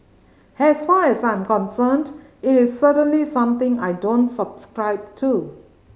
has far as I'm concerned it is certainly something I don't subscribe to